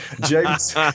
James